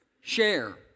share